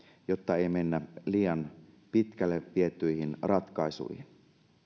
jotta ei mennä liian pitkälle vietyihin ratkaisuihin